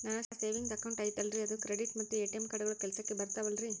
ನನ್ನ savings account ಐತಲ್ರೇ ಅದು ಕ್ರೆಡಿಟ್ ಮತ್ತ ಎ.ಟಿ.ಎಂ ಕಾರ್ಡುಗಳು ಕೆಲಸಕ್ಕೆ ಬರುತ್ತಾವಲ್ರಿ?